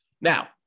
now